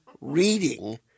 reading